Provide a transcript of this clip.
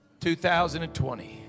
2020